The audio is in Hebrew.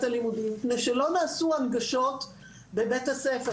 הלימודים מפני שלא נעשו הנגשות בבית הספר,